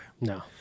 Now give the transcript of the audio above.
no